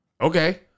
Okay